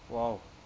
!wow!